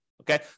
Okay